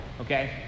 Okay